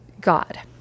God